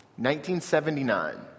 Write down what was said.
1979